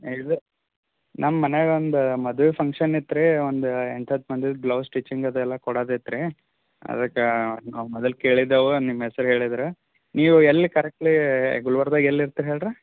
ಇದು ನಮ್ಮ ಮನೆಯಾಗ ಒಂದು ಮದುವೆ ಫಂಕ್ಷನ್ ಇತ್ರಿ ಒಂದು ಎಂಟು ಹತ್ತು ಮಂದಿಗೆ ಬ್ಲೌಸ್ ಸ್ವಿಚಿಂಗ್ ಅದಾ ಎಲ್ಲ ಕೊಡೋದ್ ಇತ್ರಿ ಅದಕ್ಕೆ ನಾವು ಮೊದಲ್ ಕೇಳಿದ್ದೇವು ನಿಮ್ಮ ಹೆಸರ್ ಹೇಳಿದ್ರೆ ನೀವು ಎಲ್ಲಿ ಕರೆಕ್ಟ್ಲೀ ಗುಲ್ಬರ್ಗದಾಗ್ ಎಲ್ಲಿ ಇರ್ತೀರಿ ಹೇಳ್ರಿ